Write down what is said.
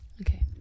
Okay